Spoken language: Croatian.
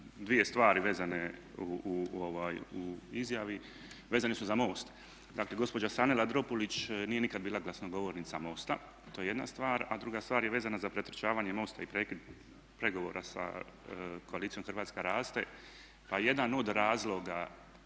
dvije stvari vezane u izjavi, vezane su za MOST. Dakle gospođa Sanela Dropulić nije nikada bila glasnogovornica MOST-a to je jedna stvar, a druga stvar je vezana za pretrčavanje MOST-a i prekid pregovora sa koalicijom Hrvatska raste. Pa jedan od razloga